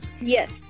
yes